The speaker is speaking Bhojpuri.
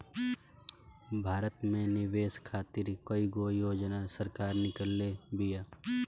भारत में निवेश खातिर कईगो योजना सरकार निकलले बिया